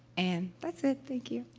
and that's it. thank you.